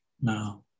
now